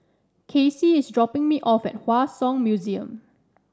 Kacy is dropping me off at Hua Song Museum